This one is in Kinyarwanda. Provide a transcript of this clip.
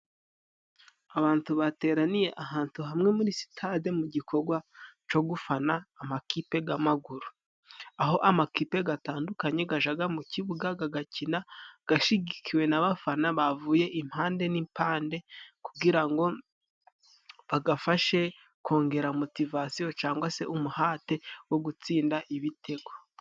Abatu bateraniye ahatu hamwe muri sitade mu gikogwa co gufana amakipe g'amaguru. Aho amakipe gatandukanye gajaga mu kibuga gagakina gashigikiwe n'abafana bavuye impande n'impande, kugira ngo bagafashe kongera motivasiyo cangwa se umuhate wo gutsinda ibitego.